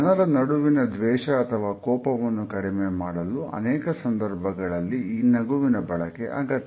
ಜನರ ನಡುವಿನ ದ್ವೇಷ ಅಥವಾ ಕೋಪವನ್ನು ಕಡಿಮೆ ಮಾಡಲು ಅನೇಕ ಸಂದರ್ಭದಲ್ಲಿ ನಗುವಿನ ಬಳಕೆ ಅಗತ್ಯ